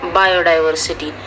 biodiversity